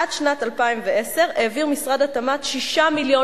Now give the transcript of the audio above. עד שנת 2010 העביר משרד התמ"ת 6 מיליון